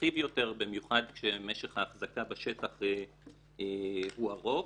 מרחיב יותר, במיוחד כשמשך האחזקה בשטח הוא ארוך,